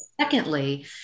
secondly